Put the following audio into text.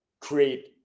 create